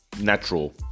natural